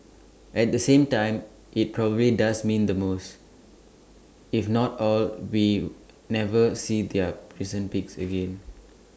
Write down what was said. at the same time IT probably does mean the most if not all will never see their recent peaks again